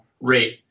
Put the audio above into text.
rate